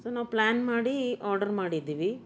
so ನಾವು plan ಮಾಡಿ order ಮಾಡಿದ್ದೀವಿ